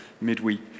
midweek